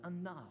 enough